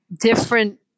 different